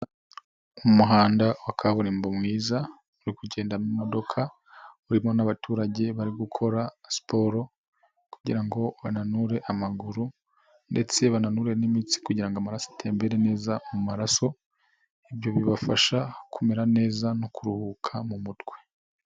Umuhanda wa kaburimbo mwiza, uriku kugenda mumodoka, urimo n'abaturage bari gukora siporo kugira ngo bananure amaguru ndetse bananure n'imitsi kugira ngo amaraso atembere neza mu maraso, ibyo bibafasha kumera neza no kuruhuka mu mutwe.